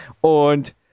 und